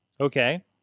Okay